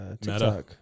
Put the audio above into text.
TikTok